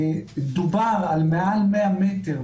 דובר על מעל 100 מטר,